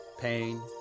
pain